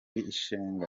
ishinga